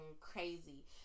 crazy